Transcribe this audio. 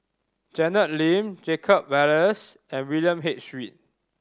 Janet Lim Jacob Ballas and William H Read